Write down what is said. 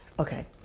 Okay